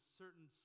certain